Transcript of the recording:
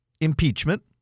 impeachment